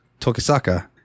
Tokisaka